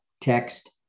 text